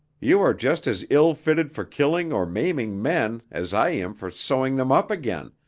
you are just as ill fitted for killing or maiming men as i am for sewing them up again,